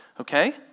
okay